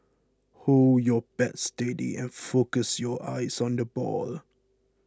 hold your bat steady and focus your eyes on the ball